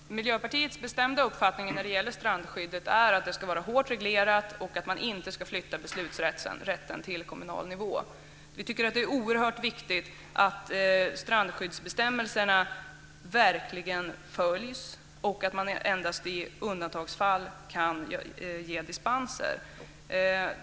Herr talman! Miljöpartiets bestämda uppfattning när det gäller strandskyddet är att det ska vara hårt reglerat och att man inte ska flytta beslutsrätten till kommunal nivå. Vi tycker att det är oerhört viktigt att strandskyddsbestämmelserna följs och att man endast i undantagsfall ska kunna ge dispens.